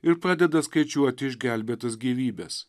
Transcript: ir pradeda skaičiuoti išgelbėtas gyvybes